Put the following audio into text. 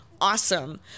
awesome